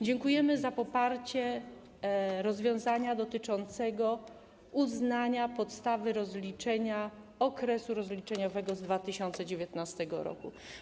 Dziękujemy za poparcie rozwiązania dotyczącego uznania podstawy rozliczenia okresu rozliczeniowego z 2019 r.